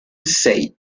said